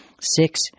Six